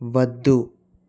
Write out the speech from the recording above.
వద్దు